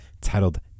titled